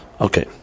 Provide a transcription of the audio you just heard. Okay